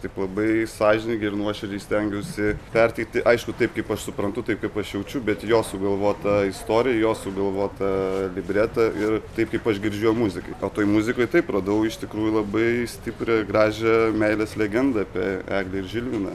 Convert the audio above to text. taip labai sąžiningai ir nuoširdžiai stengiausi perteikti aišku taip kaip aš suprantu taip kaip aš jaučiu bet jo sugalvotą istoriją jo sugalvotą libretą ir taip kaip aš girdžiu jo muziką o toj muzikoj taip radau iš tikrųjų labai stiprią gražią meilės legendą apie eglę ir žilviną